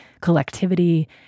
collectivity